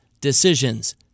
decisions